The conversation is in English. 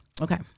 Okay